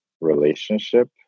relationship